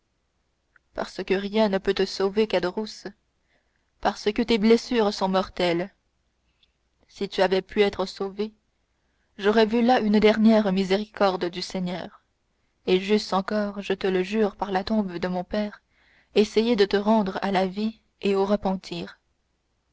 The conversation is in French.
parce que rien ne peut te sauver caderousse parce que tes blessures sont mortelles si tu avais pu être sauvé j'aurais vu là une dernière miséricorde du seigneur et j'eusse encore je te le jure par la tombe de mon père essayé de te rendre à la vie et au repentir